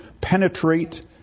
penetrate